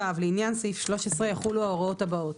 (ו) לעניין סעיף 13, יחולו ההוראות הבאות: